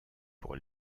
pour